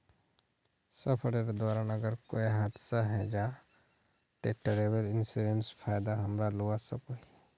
सफरेर दौरान अगर कोए हादसा हन जाहा ते ट्रेवल इन्सुरेंसर फायदा हमरा लुआ सकोही